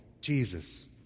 Jesus